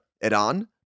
Iran